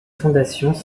fondations